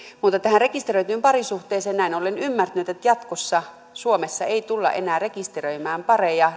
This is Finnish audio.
mutta tähän rekisteröityyn parisuhteeseen näin olen ymmärtänyt jatkossa suomessa ei tulla enää rekisteröimään pareja